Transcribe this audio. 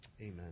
amen